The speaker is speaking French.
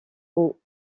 aux